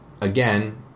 again